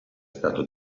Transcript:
stato